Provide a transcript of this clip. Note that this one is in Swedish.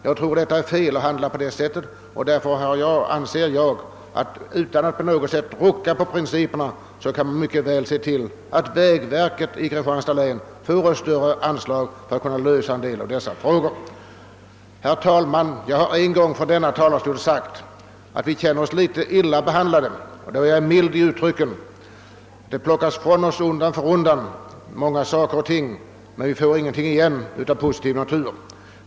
Jag tror att det är fel att handla på detta sätt. Utan att på något sätt behöva rucka på principerna skulle man mycket väl kunna se till att vägverket i Kristianstads län får ett större anslag för att kunna lösa en del av dessa frågor. Herr talman! Jag har en gång från denna talarstol sagt att vi känner oss litet illa behandlade, och då var jag mild i mitt uttryckssätt. Undan för undan plockas många saker ifrån oss utan att vi i stället får någonting annat av positiv natur.